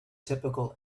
typical